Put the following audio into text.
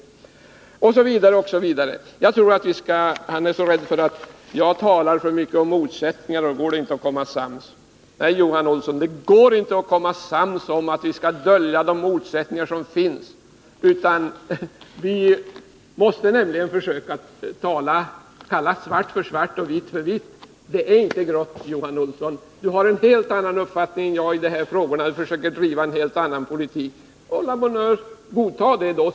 Johan Olsson är rädd för att jag talar så mycket om motsättningar, och han undrar: Går det inte att komma sams? Nej, Johan Olsson det går inte att komma sams om att vi skall dölja de motsättningar som finns. Vi måste nämligen kalla svart för svart och vitt för vitt. Allting är inte grått, Johan Olsson. Johan Olsson har en helt annan uppfattning än jag i de här frågorna och driver en helt annan politik. A la bonne heure, godtag det då!